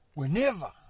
whenever